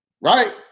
right